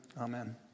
Amen